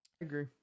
Agree